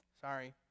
Sorry